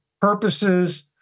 purposes